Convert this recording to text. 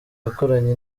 yakoranye